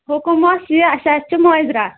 حُکُم اوس یہِ اَسہِ حظ چھِ مٲنٛزِ راتھ